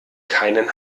keinen